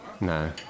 No